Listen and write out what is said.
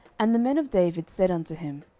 and the men of david said unto him,